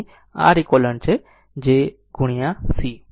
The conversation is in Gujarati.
તેથી તે અહીં રેક છે c